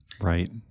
Right